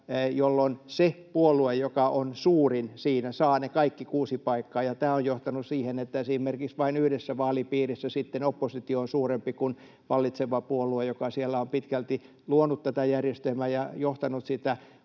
jolloin se puolue, joka on suurin siinä, saa ne kaikki kuusi paikkaa, ja tämä on johtanut siihen, että esimerkiksi vain yhdessä vaalipiirissä sitten oppositio on suurempi kuin vallitseva puolue, joka siellä on pitkälti luonut tätä järjestelmää ja johtanut sitä.